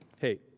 hey